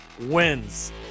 wins